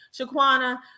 Shaquana